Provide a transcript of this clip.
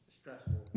stressful